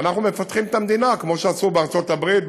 ואנחנו מפתחים את המדינה כמו שעשו בארצות-הברית,